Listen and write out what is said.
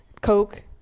Coke